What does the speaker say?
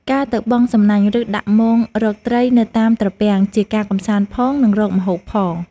ការទៅបង់សំណាញ់ ឬដាក់មងរកត្រីនៅតាមត្រពាំង ជាការកម្សាន្តផង និងរកម្ហូបផង។